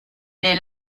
des